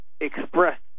express